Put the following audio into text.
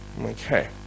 Okay